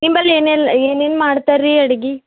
ನಿಂಬಲ್ಲಿ ಏನೆಲ್ಲ ಏನೇನು ಮಾಡ್ತರ ರೀ ಅಡ್ಗಿ